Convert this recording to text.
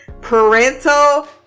parental